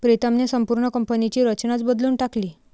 प्रीतमने संपूर्ण कंपनीची रचनाच बदलून टाकली